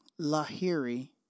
Lahiri